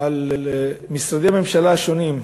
על משרדי הממשלה השונים,